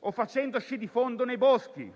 o facendo sci di fondo nei boschi?